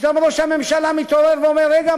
פתאום ראש הממשלה מתעורר ואומר: רגע,